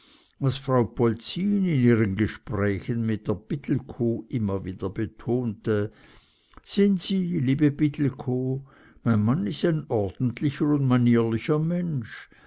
was frau polzin in ihren gesprächen mit der pittelkow immer wieder betonte sehn sie liebe pittelkow mein mann is ein ordentlicher und manierlicher mensch